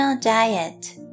Diet